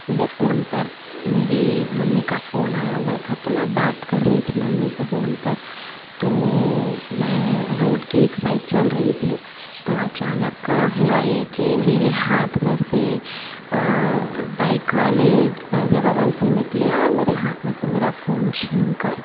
मेरे फ़ोन पर मेरी मम्मी का फ़ोन आया हुआ था तो मैं बात कर रही थी मम्मी से फ़ोन पर तो मैं रोड की एक साइड चल रई थी तो अचानक हुआ ये कि मेरे हाथ में से बाइक वाले मरे बग़ल से निकले और मेरे हाथ में से मेरा फ़ोन छीन कर